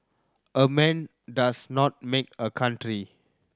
a man does not make a country